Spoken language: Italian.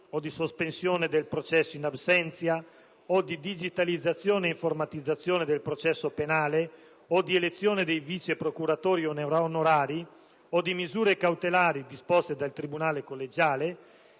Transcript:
o di sospensione del processo *in* *absentia* o di digitalizzazione e informatizzazione del processo penale o di elezione dei vice procuratori onorari o di misure cautelari disposte dal tribunale collegiale),